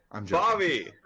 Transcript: Bobby